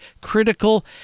critical